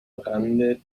rande